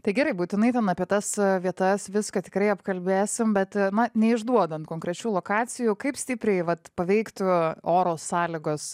tai gerai būtinai ten apie tas vietas viską tikrai apkalbėsim bet na neišduodant konkrečių lokacijų kaip stipriai vat paveiktų oro sąlygos